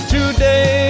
Today